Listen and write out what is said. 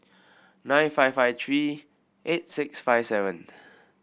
nine five five three eight six five seven